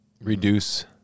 reduce